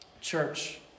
Church